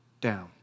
down